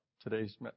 today's